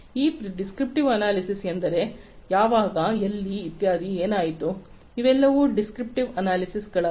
ಮತ್ತು descriptive analytics ಎಂದರೆ ಯಾವಾಗ ಎಲ್ಲಿ ಇತ್ಯಾದಿ ಏನಾಯಿತು ಇವೆಲ್ಲವೂ ಡಿಸ್ಕ್ರಿಪ್ಟಿವ್ ಅನಾಲಿಟಿಕ್ಸ್ಗಳಾಗಿವೆ